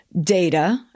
data